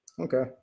Okay